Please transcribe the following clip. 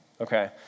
okay